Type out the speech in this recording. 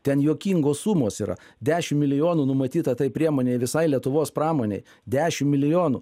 ten juokingos sumos yra dešim milijonų numatyta tai priemonei visai lietuvos pramonei dešim milijonų